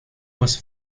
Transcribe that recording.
was